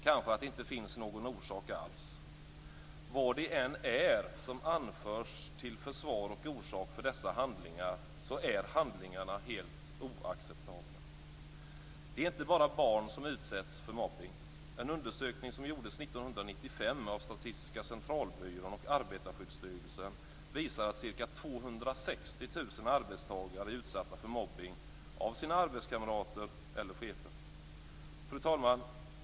Kanske finns det inte någon orsak alls. Vad det än är som anförs som försvar av och orsak till dessa handlingar är handlingarna helt oacceptabla. Det är inte bara barn som utsätts för mobbning. En undersökning som gjordes 1995 av Statistiska centralbyrån och Arbetarskyddsstyrelsen visar att ca 260 000 arbetstagare är utsatta för mobbning av sina arbetskamrater eller chefer. Fru talman!